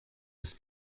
des